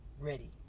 ready